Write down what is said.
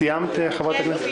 אני רק מקווה שתתאפסו.